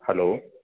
hello